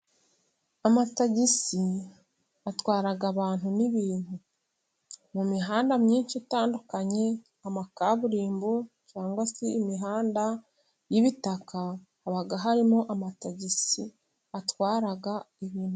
Amatagisi atwara abantu n'ibintu, mu mihanda myinshi itandukanye amakaburimbo cyangwa se imihanda y'ibitaka, haba harimo amatagisi atwara ibintu.